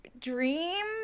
dream